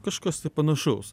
kažkas tai panašaus